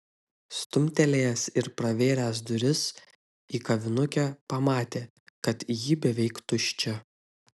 stumtelėjęs ir pravėręs duris į kavinukę pamatė kad ji beveik tuščia